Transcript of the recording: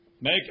Make